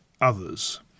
others